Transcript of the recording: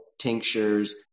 tinctures